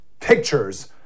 pictures